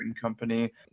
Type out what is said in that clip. Company